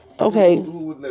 Okay